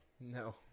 No